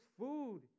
food